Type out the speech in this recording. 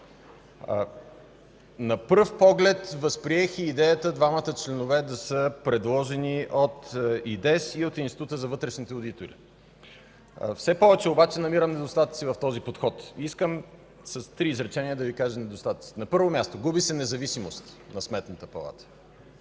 На пръв поглед възприех и идеята двамата членове да са предложени от ИДЕС и от Института за вътрешните одитори. Все повече обаче намирам недостатъци в този подход. Искам с три изречения да Ви кажа недостатъците. На първо място, губи се независимост на Сметната палата.